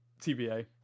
TBA